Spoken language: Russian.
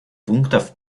пунктов